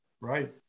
Right